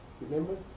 Remember